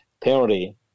penalty